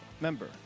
member